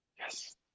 Yes